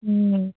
হুম